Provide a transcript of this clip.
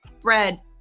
bread